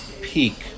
peak